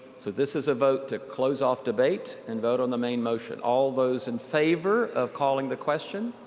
so this is a vote to close off debate and vote on the main motion. all those in favor of calling the question,